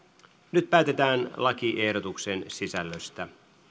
nyt päätetään lakiehdotuksen sisällöstä